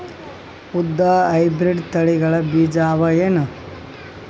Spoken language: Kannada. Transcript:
ಉದ್ದ ಹೈಬ್ರಿಡ್ ತಳಿಗಳ ಬೀಜ ಅವ ಏನು?